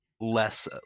less